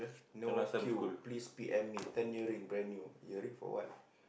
no queue please P_M me ten earring brand new earring for what